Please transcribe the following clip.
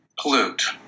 pollute